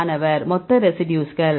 மாணவர் மொத்த ரெசிடியூஸ்கள்